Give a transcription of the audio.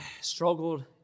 struggled